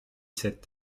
cette